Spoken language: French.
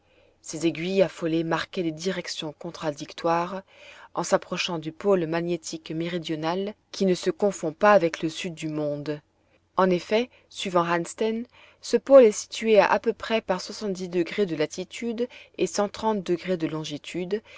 ses aiguilles affolées marquaient des directions contradictoires en s'approchant du pôle magnétique méridional qui ne se confond pas avec le sud du monde en effet suivant hansten ce pôle est situé à peu près par de latitude et de longitude